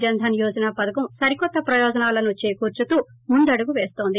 జన్ ధన్ యోజనా పధకం సరికొత్త ప్రయోజనాలు చేకూర్పుతూ ముందడుగు వేస్తోంది